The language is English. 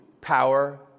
power